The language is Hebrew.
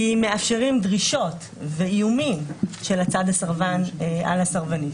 כי מאפשרים דרישות ואיומים של הצד הסרבן על העגונה,